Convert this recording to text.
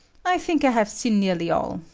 i think i have seen nearly all.